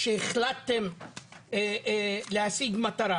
כשהחלטתם להשיג מטרה.